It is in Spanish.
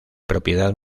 propiedad